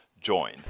join